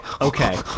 okay